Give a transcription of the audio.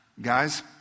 guys